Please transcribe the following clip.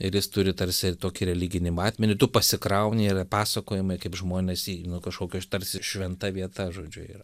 ir jis turi tarsi ir tokį religinį matmenį tu pasikrauni yra pasakojimai kaip žmonės jį nu kažkokios tarsi šventa vieta žodžiu yra